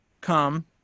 come